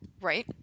Right